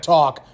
Talk